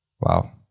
Wow